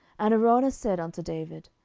and araunah said unto david,